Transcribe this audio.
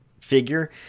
figure